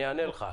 אני אענה לך.